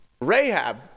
Rahab